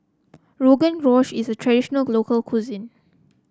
Rogan Josh is a traditional local cuisine